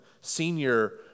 senior